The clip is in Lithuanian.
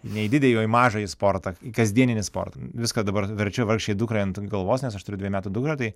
ne į didįjį o į mažąjį sportą į kasdieninį sportą viską dabar verčiu vargšei dukrai ant galvos nes aš turiu dviejų metų dukrą tai